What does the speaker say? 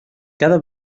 cada